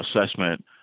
assessment